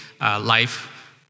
life